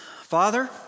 Father